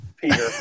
Peter